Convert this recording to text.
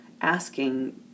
asking